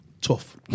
tough